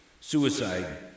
suicide